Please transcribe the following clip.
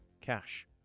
Cash